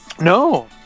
No